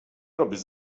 robisz